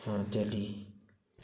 Delhi